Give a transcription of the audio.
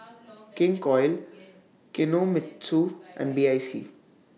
King Koil Kinohimitsu and B I C